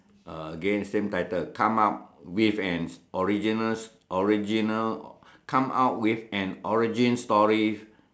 again same title come up with an original original come up with an origin story